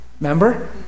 Remember